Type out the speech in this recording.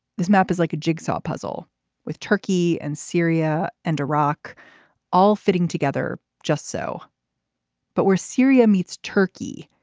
this map is like a jigsaw puzzle with turkey and syria and iraq all fitting together just so but where syria meets turkey.